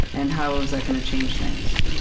and how is that going to change things?